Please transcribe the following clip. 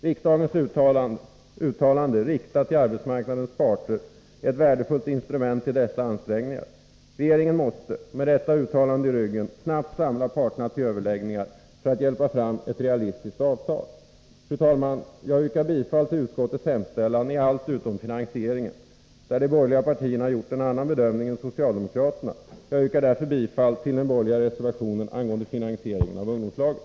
Riksdagens uttalande, riktat till arbetsmarknadens parter, är ett värdefullt instrument i dessa ansträngningar. Regeringen måste, med detta uttalande i ryggen, snabbt samla parterna till överläggningar för att hjälpa fram ett realistiskt avtal. Fru talman! Jag yrkar bifall till utskottets hemställan i allt utom finansieringen, där de borgerliga partierna gjort en annan bedömning än socialdemokraterna. Jag yrkar därför bifall till den borgerliga reservationen angående finansieringen av ungdomslagen.